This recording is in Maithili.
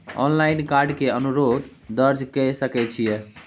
ऑनलाइन कार्ड के अनुरोध दर्ज के सकै छियै?